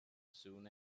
soon